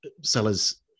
Sellers